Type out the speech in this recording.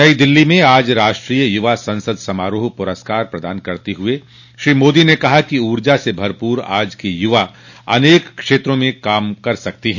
नई दिल्ली में आज राष्ट्रीय युवा संसद समारोह पुरस्कार प्रदान करते हुए श्री मोदी ने कहा कि ऊर्जा से भरपूर आज के युवा अनेक क्षेत्रों में कार्य कर सकते हैं